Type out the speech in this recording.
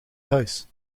huis